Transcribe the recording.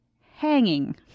hanging